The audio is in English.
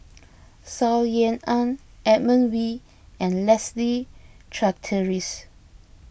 Saw Ean Ang Edmund Wee and Leslie Charteris